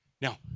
Now